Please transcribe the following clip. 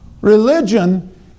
Religion